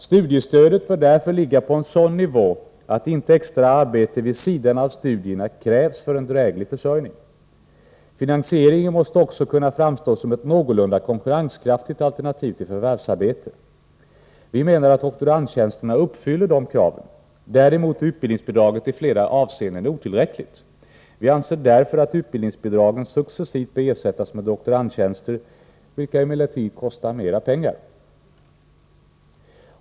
Studiestödet bör därför ligga på en sådan nivå att inte extra arbete vid sidan av studierna krävs för en dräglig försörjning. Finansieringen måste också kunna framstå som ett någorlunda konkurrenskraftigt alternativ till förvärvsarbete. Vi menar att doktorandtjänsterna uppfyller de kraven. Däremot är utbildningsbidraget i flera avseenden otillräckligt. Vi anser därför att utbildningsbidragen successivt bör ersättas med doktorandtjänster, vilka emellertid kostar mer pengar.